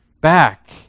back